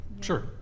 Sure